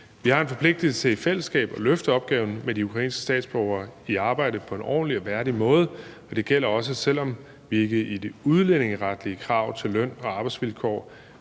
Vi har en forpligtelse til i fællesskab at løfte opgaven med de ukrainske statsborgere i arbejde på en ordentlig og værdig måde. Det gælder også, selv om vi i forhold til det udlændingeretlige ikke stiller krav til løn- og arbejdsvilkår,